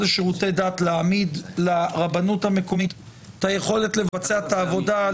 לשירותי דת להעמיד לרבנות המקומית את היכולת לבצע את העבודה,